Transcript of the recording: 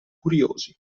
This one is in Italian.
curiosi